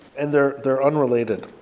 and they're they're unrelated.